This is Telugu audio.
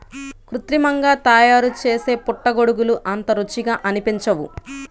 కృత్రిమంగా తయారుచేసే పుట్టగొడుగులు అంత రుచిగా అనిపించవు